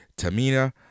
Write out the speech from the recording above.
Tamina